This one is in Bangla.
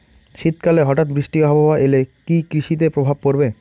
শীত কালে হঠাৎ বৃষ্টি আবহাওয়া এলে কি কৃষি তে প্রভাব পড়বে?